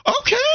okay